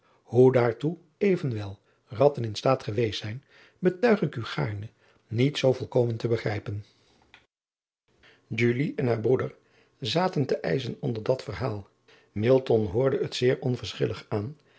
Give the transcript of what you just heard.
oe daartoe evenwel ratten in staat geweest zijn betuig ik u gaarne niet zoo volkomen te begrijpen en haar broeder zaten te ijzen onder dat verhaal hoorde het zeer onverschillig aan